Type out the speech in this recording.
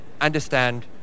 understand